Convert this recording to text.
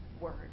word